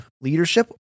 leadership